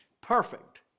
perfect